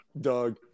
Doug